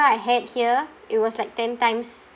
I had here it was like ten times